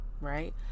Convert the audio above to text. right